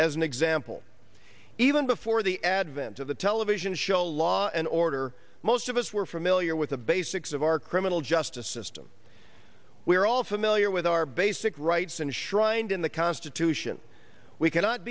as an example even before the advent of the television show law and order most of us were familiar with the basics of our criminal justice system we are all familiar with our basic rights and shrines in the constitution we cannot